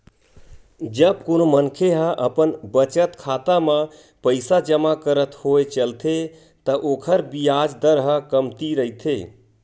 जब कोनो मनखे ह अपन बचत खाता म पइसा जमा करत होय चलथे त ओखर बियाज दर ह कमती रहिथे